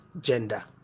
gender